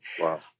Wow